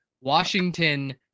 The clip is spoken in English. Washington